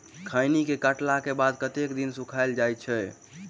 खैनी केँ काटला केँ बाद कतेक दिन सुखाइल जाय छैय?